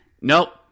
Nope